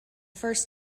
first